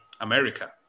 America